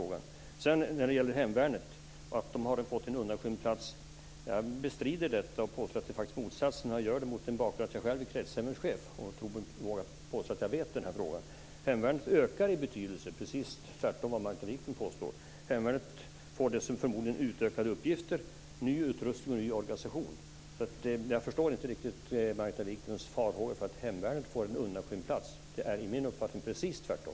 Sedan bestrider jag detta att hemvärnet har fått en undanskymd plats och påstår att det faktiskt är tvärtom. Jag gör det mot bakgrund av att jag själv är kretsövningschef och tror mig våga påstå att jag känner till den här frågan. Hemvärnet ökar i betydelse, precis tvärtemot vad Margareta Viklund påstår. Hemvärnet får dessutom förmodligen utökade uppgifter, ny utrustning och ny organisation, så jag förstår inte riktigt Margareta Viklunds farhåga för att hemvärnet får en undanskymd plats. Det är enligt min uppfattning precis tvärtom.